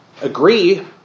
agree